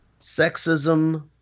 sexism